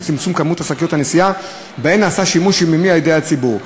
לצמצום כמות שקיות הנשיאה שבהן נעשה שימוש יומיומי על-ידי הציבור.